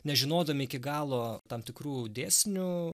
nežinodami iki galo tam tikrų dėsnių